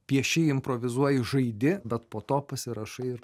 pieši improvizuoji žaidi bet po to pasirašai